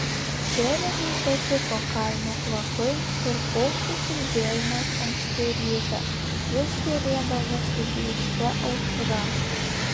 džeremiui patiko kaimo kvapai ir paukščių čiulbėjimas anksti rytą jis gėrėdavosi blyškia aušra